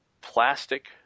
plastic